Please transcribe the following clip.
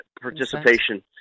participation